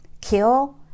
kill